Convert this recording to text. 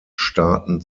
staaten